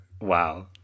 Wow